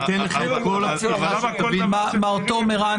ייתן לכם את כל התשובה --- מר תומר,